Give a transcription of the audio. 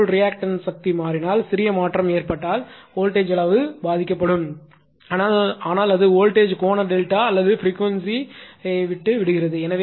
அதேபோல் ரியாக்டன்ஸ் சக்தி மாறினால் சிறிய மாற்றம் ஏற்பட்டால் வோல்டேஜ் அளவு பாதிக்கப்படும் ஆனால் அது வோல்டேஜ் கோண டெல்டா அல்லது ப்ரீக்வென்சிணை விட்டு விடுகிறது